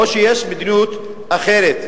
או שיש מדיניות אחרת,